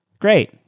Great